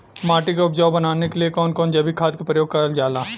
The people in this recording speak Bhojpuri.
माटी के उपजाऊ बनाने के लिए कौन कौन जैविक खाद का प्रयोग करल जाला?